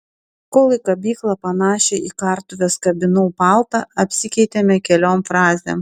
kol į kabyklą panašią į kartuves kabinau paltą apsikeitėme keliom frazėm